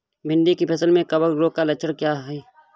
भिंडी की फसल में कवक रोग के लक्षण क्या है?